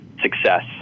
success